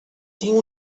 tinc